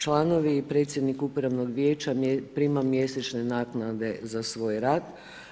Članovi i predsjednik upravnog vijeća prima mjesečne naknade za svoj rad.